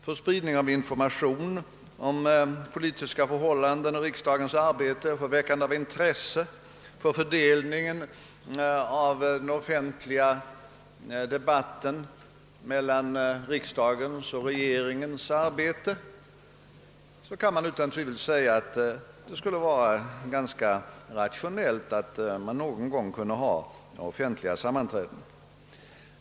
För spridning av information om politiska förhållanden och riksdagens arbete, för väckande av intresse för en bättre fördelning av den offentliga debatten vad beträffar riksdagens och regeringens arbete kan man utan tvivel säga, att det skulle vara ganska rationellt att någon gång kunna ha offentliga sammanträden.